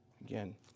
Again